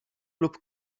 lub